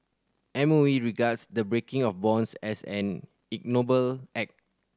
M O E regards the breaking of bonds as an ignoble act